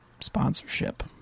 sponsorship